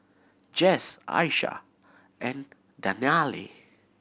Jess Aisha and Dannielle